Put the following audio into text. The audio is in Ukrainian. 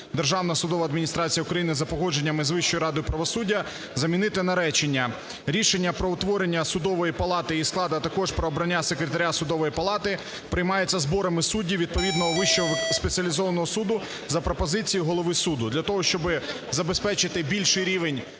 Державна судова адміністрація України за погодженням з Вищої радою правосуддя" замінити на речення "Рішення про утворення судової палати, її складу, а також про обрання секретаря судової палати приймається зборами суддів відповідного Вищого спеціалізованого суду за пропозицією голови суду".